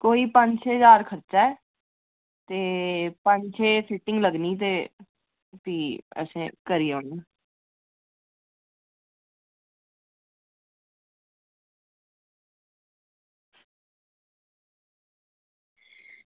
कोई पंज छे ज्हार खर्चा ऐ ते पंज छे सीटी लग्गनी ते असें करी जानी